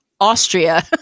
Austria